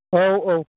औ औ